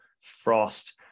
Frost